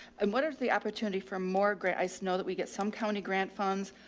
and what is the opportunity for more gray? i snow that we get some county grant funds.